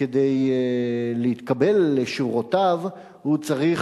כאשר כדי להתקבל לשורותיו הוא צריך